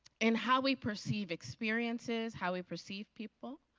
and how we perceive experiences, how we perceive people.